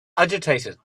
agitated